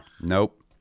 Nope